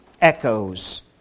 echoes